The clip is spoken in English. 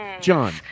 John